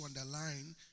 underline